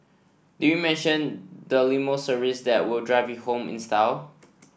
did we mention the limo service that will drive you home in style